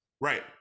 right